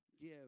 give